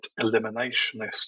eliminationist